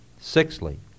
Sixthly